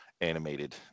animated